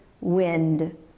wind